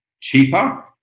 cheaper